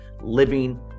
living